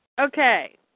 Okay